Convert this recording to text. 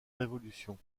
révolution